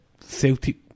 Celtic